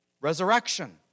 resurrection